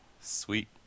Sweet